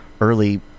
early